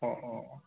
অ অ